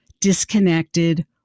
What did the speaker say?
disconnected